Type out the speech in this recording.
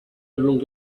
longer